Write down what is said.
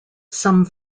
some